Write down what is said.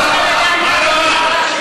לא שמעת את עצמך.